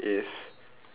okay